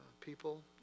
people